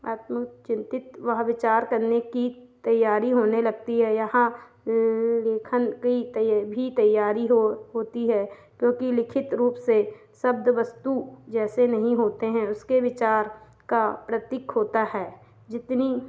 आत्म चिन्तित वह विचार करने की तैयारी होने लगती है यहाँ लेखन की तय भी तैयारी हो होती है क्योंकि लिखित रूप से शब्द वस्तु जैसे नहीं होते हैं उसके विचार का प्रतीक होता है जितनी